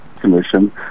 commission